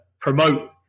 promote